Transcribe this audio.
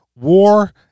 war